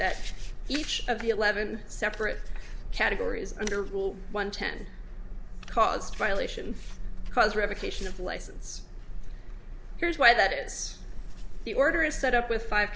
that each of the eleven separate categories under rule one ten caused violations because revocation of license here's why that is the order is set up with five